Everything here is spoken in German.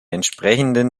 entsprechenden